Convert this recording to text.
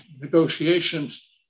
negotiations